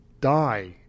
die